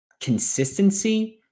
consistency